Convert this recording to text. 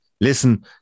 listen